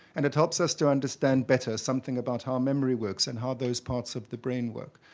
and it helps us to understand better something about how memory works and how those parts of the brain work.